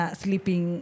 sleeping